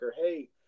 hey